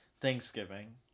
Thanksgiving